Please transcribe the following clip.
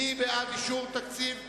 מי בעד אישור סעיף 91?